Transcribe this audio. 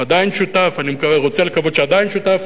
הוא עדיין שותף, אני רוצה לקוות שעדיין שותף,